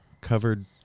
covered